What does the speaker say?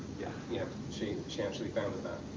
yeah yeah. she she actually founded that.